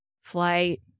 flight